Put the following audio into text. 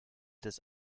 des